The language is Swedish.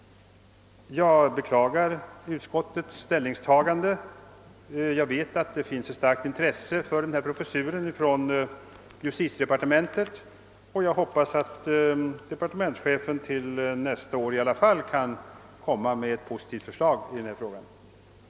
Jag beklagar utskottets ställningstagande. Jag vet att det inom justitiedepartementet finns ett starkt intresse för professuren i fråga, och jag hoppas att departementschefen till nästa år verkligen kan framlägga ett positivt förslag i denna fråga. Herr talman! Jag har inget yrkande